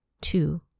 Two